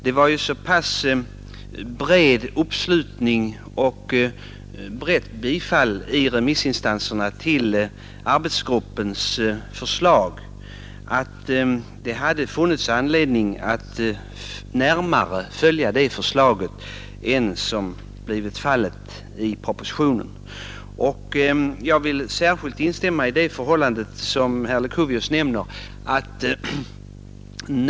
Det var så pass bred uppslutning och brett bifall i remissinstanserna till arbetsgruppens förslag, att det hade funnits anledning att närmare följa det förslaget än som blivit fallet i propositionen. Jag vill särskilt instämma i det förhållande som herr Leuchovius nämner.